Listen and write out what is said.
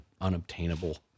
unobtainable